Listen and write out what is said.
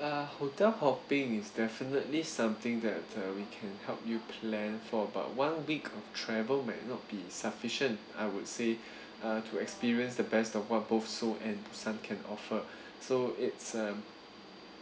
uh hotel hopping is definitely something that uh we can help you plan for about one week of travel may not be sufficient I would say uh to experience the best of what both seoul and busan can offer so it's um